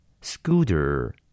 Scooter